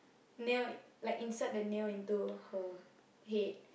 nail like insert the nail into her head